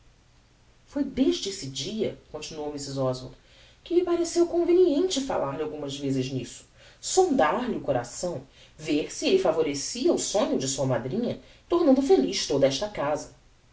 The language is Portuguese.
foi desde esse dia continuou mrs oswald que me pareceu conveniente falar-lhe algumas vezes nisso sondar lhe o coração ver se elle favorecia o sonho de sua madrinha tornando feliz toda esta casa